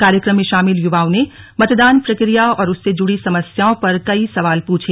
कार्यक्रम में शामिल युवाओं ने मतदान प्रक्रिया और उससे जुड़ी समस्याओं पर कई सवाल पूछे